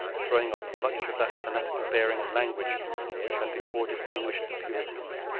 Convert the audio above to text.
throwing off much of that fanatical bearing and language which had before distinguished the puritans.